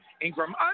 Ingram